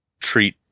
treat